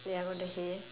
ya on the hay